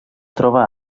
troba